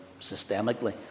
systemically